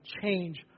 change